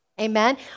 amen